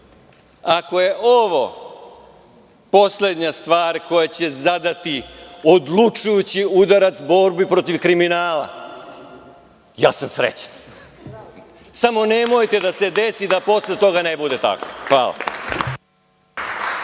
Ako je ovo poslednja stvar koja će zadati odlučujući udarac u borbi protiv kriminala, ja sam srećan. Samo nemojte da se desi da posle toga ne bude tako. Hvala.